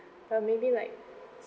but maybe like